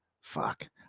fuck